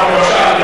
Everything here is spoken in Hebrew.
נכון.